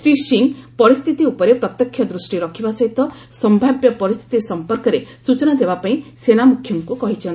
ଶ୍ରୀ ସିଂ ପରିସ୍ଥିତି ଉପରେ ପ୍ରତ୍ୟକ୍ଷ ଦୃଷ୍ଟି ରଖିବା ସହିତ ସମ୍ଭାବ୍ୟ ପରିସ୍ଥିତି ସମ୍ପର୍କରେ ସୂଚନା ଦେବା ପାଇଁ ସେନାମୁଖ୍ୟଙ୍କୁ କହିଚ୍ଛନ୍ତି